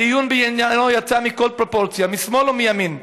הדיון בעניינו יצא מכל פרופורציה, משמאל ומימין.